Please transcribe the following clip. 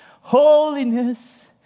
holiness